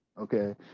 okay